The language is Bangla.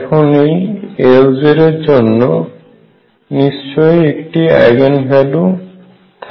এখন এই Lz জন্য নিশ্চয়ই একটি আইগেন ভ্যালু থাকবে